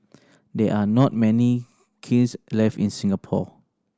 there are not many kilns left in Singapore